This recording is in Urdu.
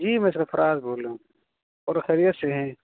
جی میں اسفراز بول رہا ہوں اور خریت سے ہیں